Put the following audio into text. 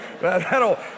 that'll